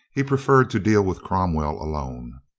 he preferred to deal with cromwell alone.